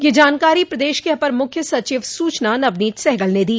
यह जानकारी प्रदेश के अपर मुख्य सचिव सूचना नवनीत सहगल ने दी